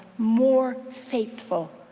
more faithful,